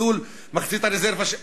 ניצול מחצית הרזרבה,